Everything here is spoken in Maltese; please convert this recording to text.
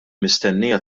mistennija